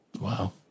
Wow